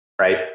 Right